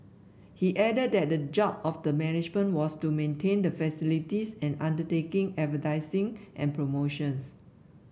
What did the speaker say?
he added that the job of the management was to maintain the facilities and undertake advertising and promotions